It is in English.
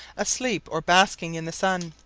asleep or basking in the sun,